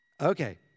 Okay